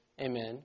Amen